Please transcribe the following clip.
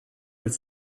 its